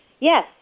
Yes